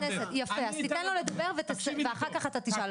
תיתן לו לדבר ואחרי זה תשאל.